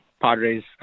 Padres